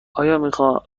آیا